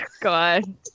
God